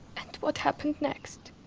and what happened next?